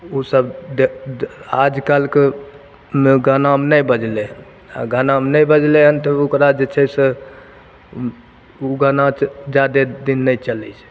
ओसब आइकाल्हिके गानामे नहि बजलै हन आ गानामे नहि बजलै हन तऽ ओकरा जे छै से गाना जादे दिन नहि चलै छै